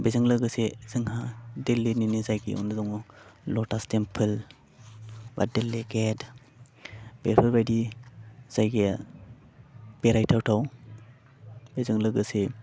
बेजों लोगोसे जोंहा दिल्लीनिनो जायगायावनो दं लटास टेम्पोल बा दिल्ली गेट बेफोरबायदि जायगाया बेरायथावथाव बेजों लोगोसे